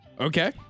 Okay